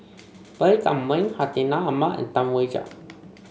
Baey Yam Keng Hartinah Ahmad and Tam Wai Jia